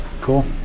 cool